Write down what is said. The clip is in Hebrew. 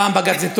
פעם בג"ץ זה טוב,